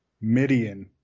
Midian